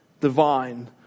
divine